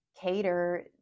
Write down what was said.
cater